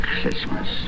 Christmas